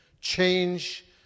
change